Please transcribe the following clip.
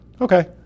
okay